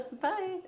Bye